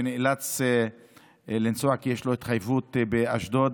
שנאלץ לנסוע כי יש לו התחייבות באשדוד,